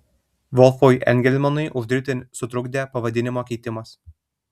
volfui engelmanui uždirbti sutrukdė pavadinimo keitimas